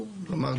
כלומר,